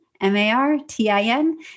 M-A-R-T-I-N